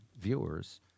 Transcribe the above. viewers